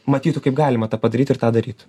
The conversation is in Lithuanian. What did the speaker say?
matytų kaip galima tą padaryt ir tą daryt